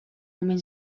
omen